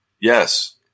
Yes